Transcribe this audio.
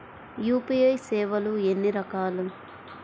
UPI సేవలు ఎన్నిరకాలు?